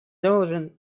должен